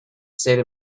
state